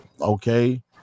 Okay